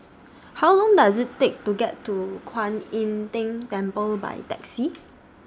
How Long Does IT Take to get to Kwan Im Tng Temple By Taxi